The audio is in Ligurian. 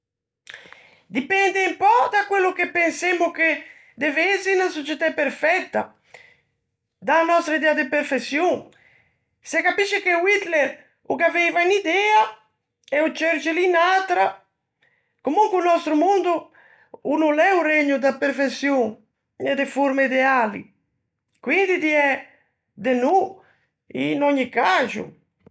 Dipende un pö da quello che pensemmo che dev'ëse unna societæ perfetta. Da-a nòstra idea de perfeçion. Se capisce che o Hitler o gh'aveiva unn'idea, e o Churchill unn'atra. Comonque o nòstro mondo o no l'é o regno da perfeçion, e de forme ideali. Quindi diæ de no in ògni caxo.